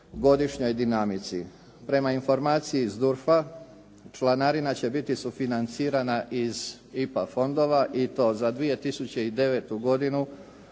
godišnjoj dinamici. Prema informaciji SDURF-a članarina će biti sufinancirana iz IPA fondova i to za 2009. godinu